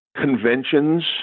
conventions